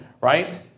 right